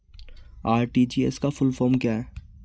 RTGS का full form क्या है?